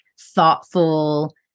thoughtful